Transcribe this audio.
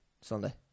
Sunday